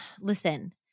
listen